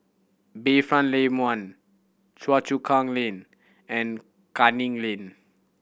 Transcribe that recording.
Bayfront Lane One Choa Chu Kang Lane and Canning Lane